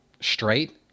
straight